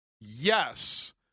Yes